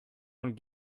von